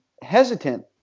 hesitant